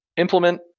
implement